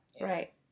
Right